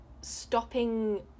stopping